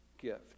gift